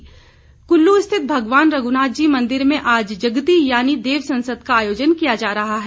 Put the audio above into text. आयोजन कुल्लू स्थित भगवान रघुनाथ जी मंदिर में आज जगती यानि देव संसद का आयोजन किया जा रहा है